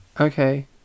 Okay